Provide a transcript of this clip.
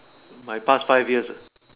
my past five years